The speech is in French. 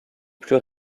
plus